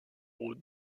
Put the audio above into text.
aux